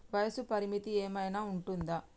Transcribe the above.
వయస్సు పరిమితి ఏమైనా ఉంటుందా?